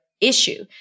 issue